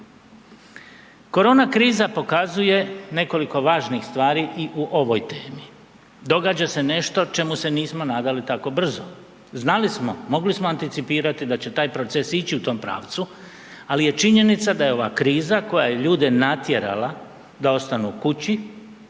Korona kriza pokazuje nekoliko važnih stvari i u ovoj temi. Događa se nešto čemu se nismo nadali tako brzo, znali smo, mogli smo anticipirati da će taj proces ići u tom pravcu, ali je činjenica da je ova kriza koja je ljude natjerala da ostanu kući